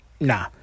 Nah